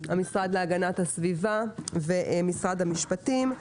המשרד להגנת הסביבה ומשרד המשפטים.